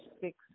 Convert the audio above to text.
six